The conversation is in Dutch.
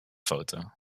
foto